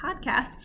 Podcast